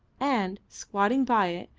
and, squatting by it,